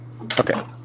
Okay